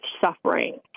suffering